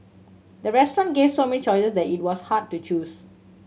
the restaurant gave so many choices that it was hard to choose